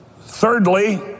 Thirdly